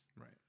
Right